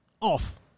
off